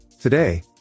Today